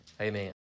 Amen